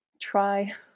try